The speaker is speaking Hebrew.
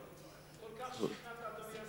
אשכנע.